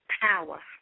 Power